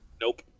nope